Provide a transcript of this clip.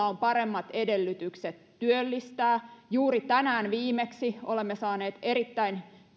on paremmat edellytykset työllistää juuri tänään viimeksi olemme saaneet erittäin